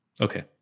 Okay